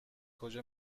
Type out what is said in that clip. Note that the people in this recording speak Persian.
کجا